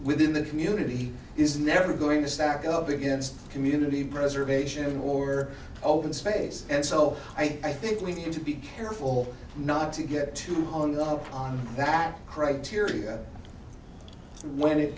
within the community is never going to stack up against community preservation or open space and so i think we need to be careful not to get too hung up on that criteria when it